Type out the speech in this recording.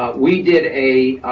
ah we did a